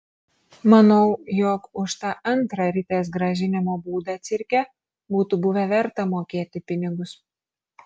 manau jog už tą antrą ritės grąžinimo būdą cirke būtų buvę verta mokėti pinigus